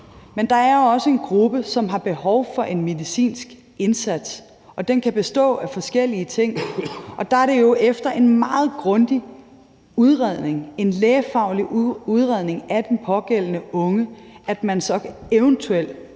men der er også en gruppe, som har behov for en medicinsk indsats. Den kan bestå af forskellige ting. Der er det jo efter en meget grundig udredning, en lægefaglig udredning af den pågældende unge, at vedkommende så eventuelt